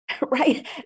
right